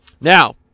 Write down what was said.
Now